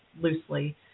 loosely